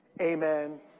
Amen